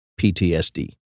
PTSD